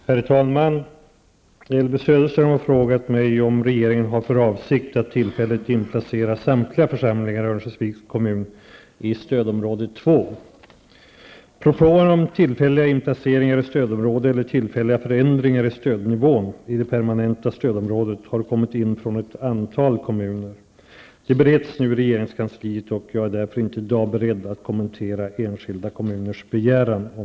Herr talman! Elvy Söderström har frågat mig om regeringen har för avsikt att tillfälligt inplacera samtliga församlingar i Örnsköldsviks kommun i stödområde 2. Propåer om tillfälliga inplaceringar i stödområde eller tillfälliga förändringar i stödnivån i det permanenta stödområdet har kommit in från ett antal kommuner. De bereds nu i regeringskansliet och jag är därför i dag inte beredd att kommentera enskilda kommuners begäran om inplacering i stödområde.